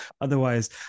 Otherwise